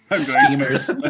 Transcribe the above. steamers